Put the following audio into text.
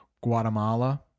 guatemala